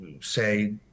say